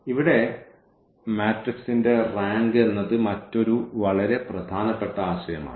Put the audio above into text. ഇവിടെ മാട്രിക്സിന്റെ റാങ്ക് എന്നത് മറ്റൊരു വളരെ പ്രധാനപ്പെട്ട ആശയം ആണ്